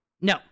No